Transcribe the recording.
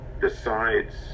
decides